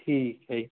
ਠੀਕ ਹੈ ਜੀ